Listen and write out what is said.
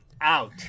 out